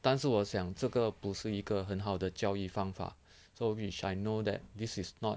但是我想这个不是一个很好的教育方法 so which I know that this is not